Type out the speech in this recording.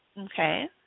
Okay